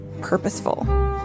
purposeful